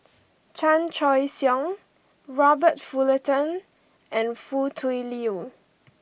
Chan Choy Siong Robert Fullerton and Foo Tui Liew